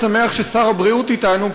שמח ששר הבריאות אתנו,